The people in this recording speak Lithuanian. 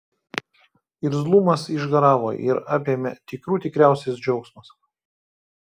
irzlumas išgaravo ir apėmė tikrų tikriausias džiaugsmas